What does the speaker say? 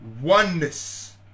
oneness